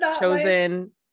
chosen